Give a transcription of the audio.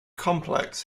complex